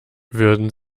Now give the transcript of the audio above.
würden